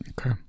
Okay